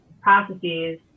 processes